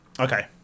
Okay